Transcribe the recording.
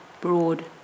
broad